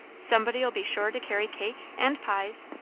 somebody'll be sure to carry cake, and pies,